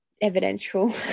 evidential